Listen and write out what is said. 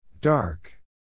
Dark